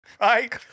right